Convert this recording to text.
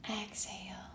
exhale